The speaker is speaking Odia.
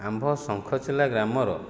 ଆମ୍ଭ ଶଙ୍ଖଚିଲା ଗ୍ରାମର